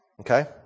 Okay